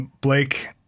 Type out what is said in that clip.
Blake